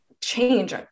change